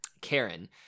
Karen